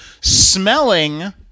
smelling